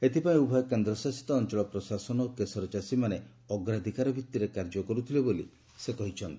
ଏଥିପାଇଁ ଉଭୟ କେନ୍ଦ୍ରଶାସିତ ଅଞ୍ଚଳ ପ୍ରଶାସନ ଓ କେଶର ଚାଷୀମାନେ ଅଗ୍ରାଧକାର ଭିତ୍ତିରେ କାର୍ଯ୍ୟ କର୍ତ୍ଥଲେ ବୋଲି କହିଥିଲେ